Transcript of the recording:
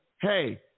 Hey